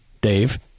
Dave